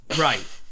right